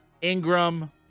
Ingram